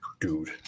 Dude